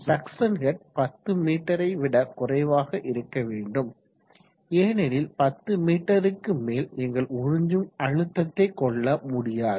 suction head 10 மீ யை விட குறைவாக இருக்க வேண்டும் ஏனெனில் 10 மீ க்கு மேல் நீங்கள் உறிஞ்சும் அழுத்தத்தை கொள்ள முடியாது